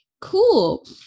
Cool